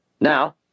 Now